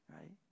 right